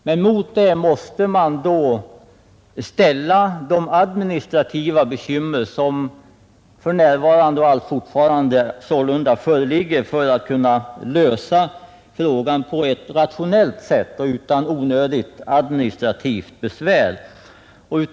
Men mot detta måste då ställas de administrativa besvär som är förenade med en rationell lösning av den frågan, alltså en lösning som inte medför några onödiga besvär.